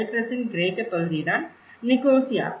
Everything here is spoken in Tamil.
சைப்ரஸின் கிரேக்க பகுதிதான் நிக்கோசியா